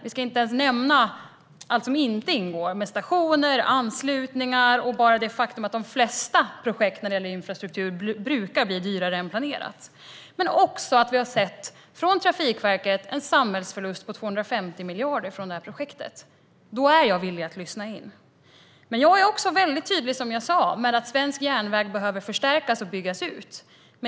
Vi ska inte ens nämna allt som inte ingår - stationer, anslutningar och bara det faktum att de flesta infrastrukturprojekt brukar bli dyrare än planerat. Vi har också från Trafikverket sett en samhällsförlust på 250 miljarder från detta projekt. Då är jag villig att lyssna in. Jag är också väldigt tydlig med att svensk järnväg behöver förstärkas och byggas ut.